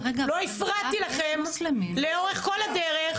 לא הפרעתי לכם לאורך כל הדרך,